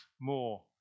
more